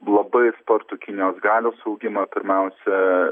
labai spartų kinijos galios augimą pirmiausia